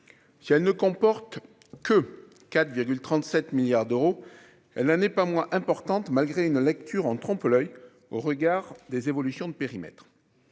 si elle ne comporte que 4,37 milliards d'euros, elle n'en est pas moins importante, malgré une lecture en trompe-l oeil au regard des évolutions de périmètre